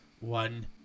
One